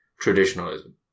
traditionalism